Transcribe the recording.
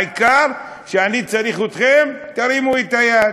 העיקר, כשאני צריך אתכם, תרימו את היד.